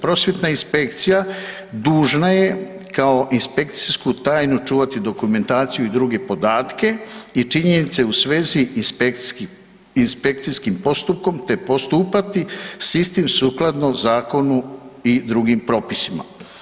Prosvjetna inspekcija dužna je kao inspekcijsku tajnu čuvati dokumentaciju i druge podatke i činjenice u svezi inspekcijskim postupkom, te postupati s istim sukladno zakonu i drugim propisima.